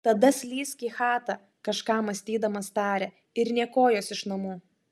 tada slysk į chatą kažką mąstydamas tarė ir nė kojos iš namų